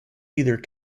either